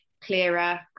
clearer